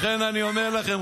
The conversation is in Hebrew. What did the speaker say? לכן אני אומר לכם,